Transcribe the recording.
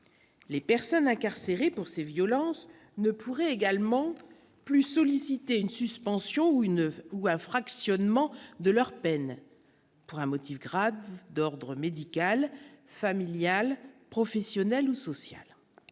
les personnes incarcérées pour ces violences ne pourrait également plus sollicité une suspension ou une ou un fractionnement de leur peine pour un motif grave d'ordre médical, familiale, professionnelle ou sociale,